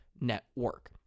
network